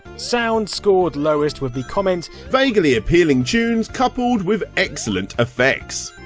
sound scored lowest with the comment vaguely appealing tunes coupled with excellent effects.